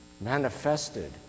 manifested